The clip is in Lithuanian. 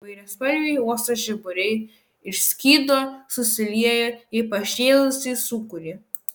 įvairiaspalviai uosto žiburiai išskydo susiliejo į pašėlusį sūkurį